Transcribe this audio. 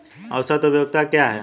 औसत उपयोगिता क्या है?